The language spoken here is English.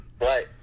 Right